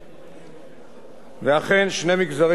ואכן שני מגזרים אלה, כל אחד מסיבותיו,